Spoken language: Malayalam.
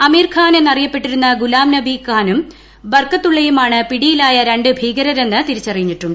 അമിർ ഖാൻ എന്നറിയപ്പെട്ടിരുന്ന ഗുലാം നബി ഖാനും ബർക്കത്തുള്ളയുമാണ് പിടിയിലായ രണ്ട് ഭീകരരെന്ന് തിരിച്ചറിഞ്ഞിട്ടുണ്ട്